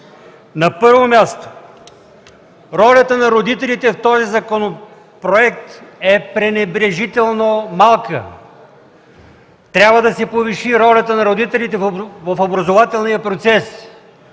На първо място, ролята на родителите в този законопроект е пренебрежително малка. Трябва да се повиши ролята на родителите в образователния процес.